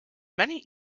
many